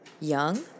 young